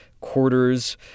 quarters